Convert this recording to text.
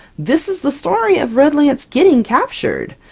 this is the story of redlance getting captured!